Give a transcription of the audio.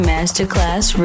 Masterclass